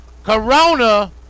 Corona